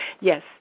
Yes